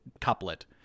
couplet